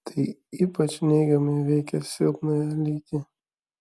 tai ypač neigiamai veikia silpnąją lytį